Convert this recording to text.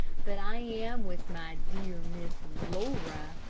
but i am with my dear miss laura,